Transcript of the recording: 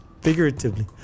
figuratively